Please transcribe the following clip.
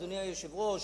אדוני היושב-ראש,